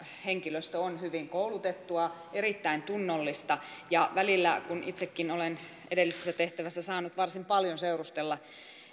henkilöstö on hyvin koulutettua erittäin tunnollista välillä kun itsekin olen edellisessä tehtävässä saanut varsin paljon seurustella